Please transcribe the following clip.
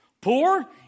poor